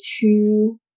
two